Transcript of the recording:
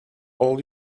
all